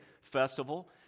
festival